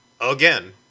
again